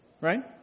Right